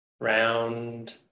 round